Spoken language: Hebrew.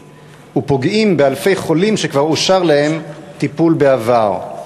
ופוגעים באלפי חולים שכבר אושר להם טיפול בעבר.